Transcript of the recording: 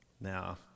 Now